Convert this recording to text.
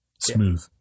Smooth